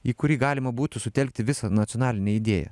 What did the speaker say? į kurį galima būtų sutelkti visą nacionalinę idėją